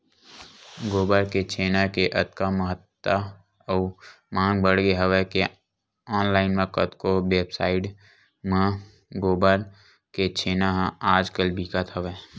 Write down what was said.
गोबर के छेना के अतका महत्ता अउ मांग बड़गे हवय के ऑनलाइन म कतको वेबसाइड म गोबर के छेना ह आज कल बिकत हवय